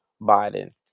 Biden